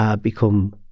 become